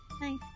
Nice